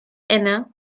anna